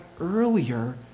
earlier